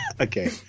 Okay